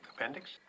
Appendix